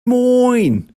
moin